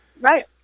Right